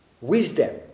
wisdom